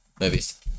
movies